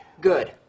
Good